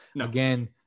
again